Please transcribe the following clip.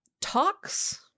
talks